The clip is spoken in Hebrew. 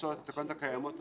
החדשות לתקנות הקיימות היום,